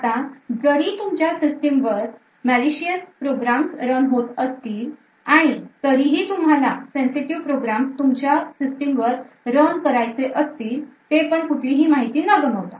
आता जरी तुमच्या सिस्टीम वर malicious प्रोग्राम्स रन होतं असतील आणि तरीही तुम्हाला sensitive प्रोग्राम्स तुमच्या system वर रन करायचे असतील ते पण कुठलीही माहिती न गमवता